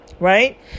Right